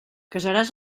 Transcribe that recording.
casaràs